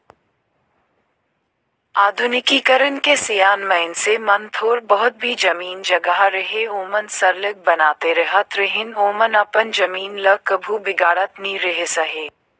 आधुनिकीकरन के सियान मइनसे मन थोर बहुत भी जमीन जगहा रअहे ओमन सरलग बनातेच रहत रहिन ओमन अपन जमीन ल कभू बिगाड़त नी रिहिस अहे